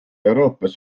euroopas